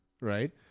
right